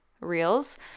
Reels